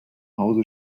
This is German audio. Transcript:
hause